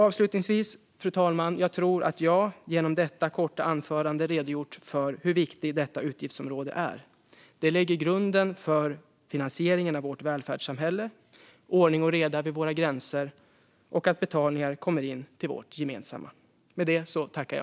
Avslutningsvis, fru talman, tror jag att jag med detta korta anförande redogjort för hur viktigt detta utgiftsområde är. Det lägger grunden för finansieringen av vårt välfärdssamhälle, ordning och reda vid våra gränser och att betalningar kommer in till vårt gemensamma.